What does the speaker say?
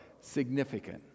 significant